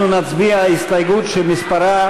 אנחנו נצביע על הסתייגות שמספרה